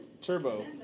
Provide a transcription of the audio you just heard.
Turbo